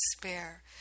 despair